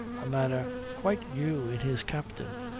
a manner quite new in his captain,